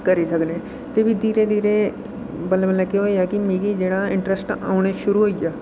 करी सकने ते धीरे धीरे बल्लै बल्लै मिकी केह् होआ कि मिकी जेह्ड़ा इंट्रस्ट औने शुरु होई गेआ